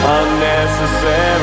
unnecessary